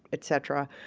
etc,